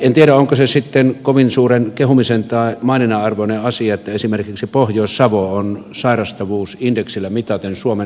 en tiedä onko se sitten kovin suuren kehumisen tai maininnan arvoinen asia että esimerkiksi pohjois savo on sairastavuusindeksillä mitaten suomen sairain maakunta